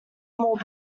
more